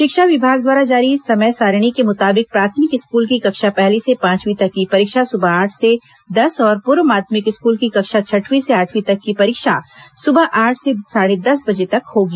शिक्षा विभाग द्वारा जारी समय सारिणी के मुताबिक प्राथमिक स्कूल की कक्षा पहली से पांचवीं तक की परीक्षा सुबह आठ से दस और पूर्व माध्यमिक स्कूल की कक्षा छठवीं से आठवीं तक की परीक्षा सुबह आठ से साढ़े दस बजे तक होगी